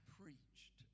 preached